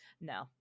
no